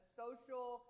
social